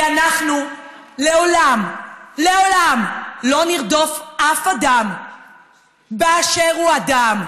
כי אנחנו לעולם לא נרדוף אף אדם באשר הוא אדם.